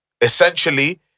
essentially